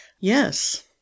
Yes